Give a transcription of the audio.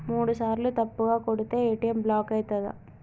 మూడుసార్ల తప్పుగా కొడితే ఏ.టి.ఎమ్ బ్లాక్ ఐతదా?